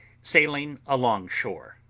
sailing along-shore.